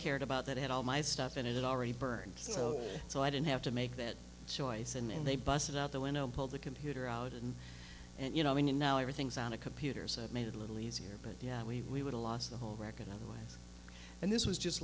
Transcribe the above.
cared about that had all my stuff in it already burned so so i didn't have to make that choice and they busted out the window pulled the computer out and and you know i mean now everything's on a computer so i made it a little easier but yeah we woulda lost the whole record of the way and this was just